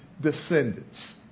descendants